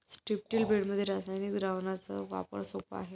स्ट्रिप्टील बेडमध्ये रासायनिक द्रावणाचा वापर सोपा आहे